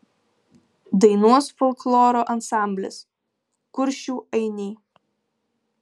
dainuos folkloro ansamblis kuršių ainiai